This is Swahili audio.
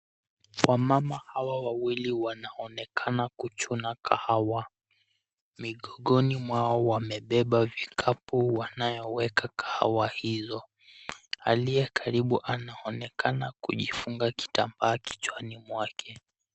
Wamama hawa wawili wanaonekana kuchuna kahawa. Migongoni mwao wamebeba vikapu wanayoweka kahawa hizo. Aliye karibu anaonekana kujifunga kitambaa kichwani mwake.